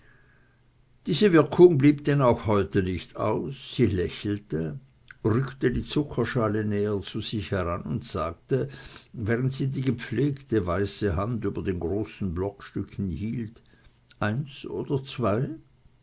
diese wirkung blieb denn auch heute nicht aus sie lächelte rückte die zuckerschale näher zu sich heran und sagte während sie die gepflegte weiße hand über den großen blockstücken hielt eins oder zwei